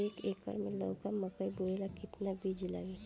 एक एकर मे लौका मकई बोवे ला कितना बिज लागी?